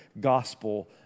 gospel